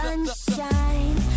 Sunshine